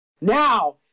Now